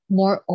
more